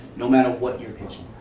not matter what you are pitching.